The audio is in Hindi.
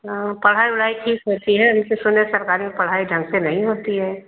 हाँ पढ़ाई वढ़ाई ठीक होती है कितने सरकारी में पढ़ाई ढंग से नहीं होती है